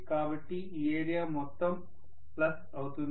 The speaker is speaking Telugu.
కాబట్టి ఈ మొత్తం ఏరియా ప్లస్ అవుతుంది